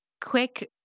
quick